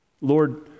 Lord